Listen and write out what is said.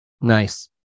Nice